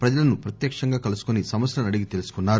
ప్రజలను ప్రత్యక్షంగా కలుసుకొని సమస్యలను అడిగి తెలుసుకున్నారు